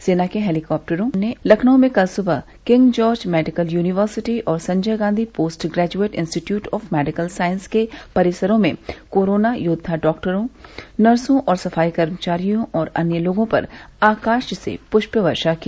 सेना के हेलीकॉप्टरों ने लखनऊ में कल सुबह किंग जॉर्ज मेडिकल यूनिवर्सिटी और Sanjay Gandhi post graduate institute of medical science के परिसरों में कोरोना योद्वा डॉक्टरों नर्सों सफाईकर्मियों और अन्य लोगों पर आकाश से पृष्प वर्षा की